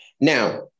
Now